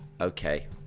okay